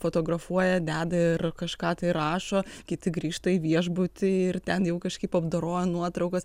fotografuoja deda ir kažką tai rašo kiti grįžta į viešbutį ir ten jau kažkaip apdoroja nuotraukas